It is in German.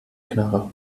knarre